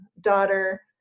daughter